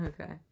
Okay